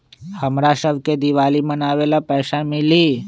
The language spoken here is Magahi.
हमरा शव के दिवाली मनावेला पैसा मिली?